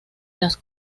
las